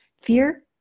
fear